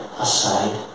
aside